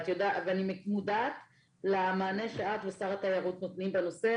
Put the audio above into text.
ואני מודעת למענה שאת ושר התיירות נותנים בנושא,